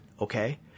Okay